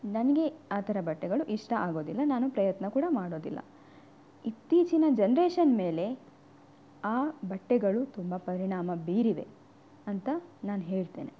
ನನಗೆ ಆ ಥರ ಬಟ್ಟೆಗಳು ಇಷ್ಟ ಆಗೋದಿಲ್ಲ ನಾನು ಪ್ರಯತ್ನ ಕೂಡ ಮಾಡೋದಿಲ್ಲ ಇತ್ತೀಚಿನ ಜನ್ರೇಷನ್ ಮೇಲೆ ಆ ಬಟ್ಟೆಗಳು ತುಂಬ ಪರಿಣಾಮ ಬೀರಿವೆ ಅಂತ ನಾನು ಹೇಳ್ತೇನೆ